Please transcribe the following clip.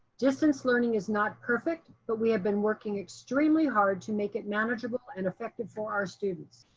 distance learning is not perfect, but we have been working extremely hard to make it manageable and effective for our students.